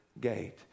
gate